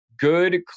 good